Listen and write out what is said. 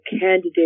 candidate